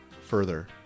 further